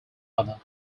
other